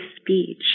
speech